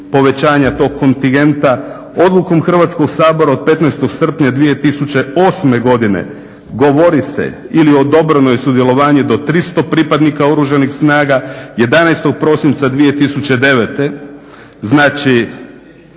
povećanja tog kontingenta. Odlukom Hrvatskog sabora od 15.sprnja 2008.godine govori se ili odobreno je sudjelovanje do 300 pripadnika oružanih snaga, 11.prosinca 2009.znači